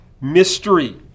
mystery